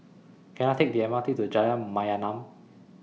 Can I Take The M R T to Jalan Mayaanam